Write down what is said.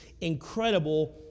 incredible